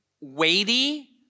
weighty